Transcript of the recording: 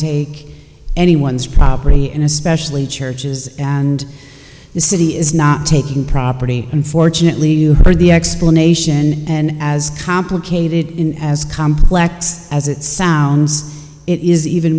take anyone's property and especially churches and the city is not taking property unfortunately you heard the explanation and as complicated as complex as it sounds it is even